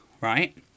right